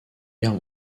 guerre